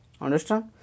understand